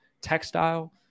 Textile